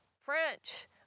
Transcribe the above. French